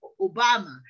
Obama